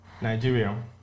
Nigeria